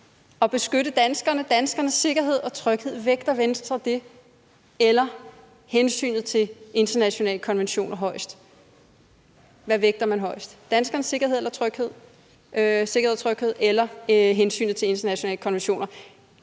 at beskytte danskerne og danskernes sikkerhed og tryghed højest, eller vægter Venstre hensynet til internationale konventioner højest? Hvad vægter man højest, danskernes sikkerhed og tryghed eller hensynet til internationale konventioner?